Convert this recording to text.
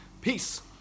peace